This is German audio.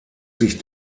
sich